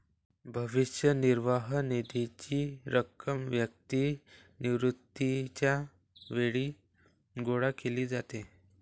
भविष्य निर्वाह निधीची रक्कम व्यक्तीच्या निवृत्तीच्या वेळी गोळा केली जाते